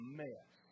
mess